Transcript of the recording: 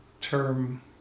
term